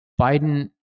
Biden